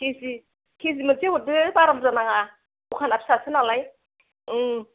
उम केजि केजि मोनसे हरदो बारा बुरजा नाङा दखाना फिसासोनालाय उम